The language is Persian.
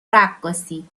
رقاصی